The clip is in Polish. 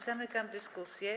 Zamykam dyskusję.